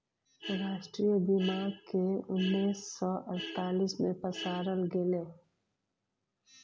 राष्ट्रीय बीमाक केँ उन्नैस सय अड़तालीस मे पसारल गेलै